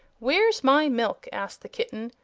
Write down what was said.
where's my milk? asked the kitten,